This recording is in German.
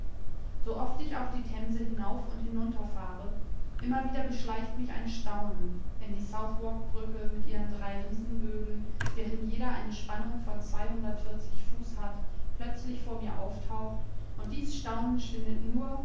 so oft ich auch die themse hinauf und hinunter fahre immer wieder beschleicht mich ein staunen wenn die southwark brücke mit ihren drei riesenbögen deren jeder eine spannung von fuß hat plötzlich vor mir auftaucht und dies staunen schwindet nur